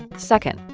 second,